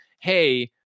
hey